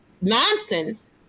nonsense